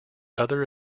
other